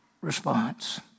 response